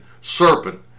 serpent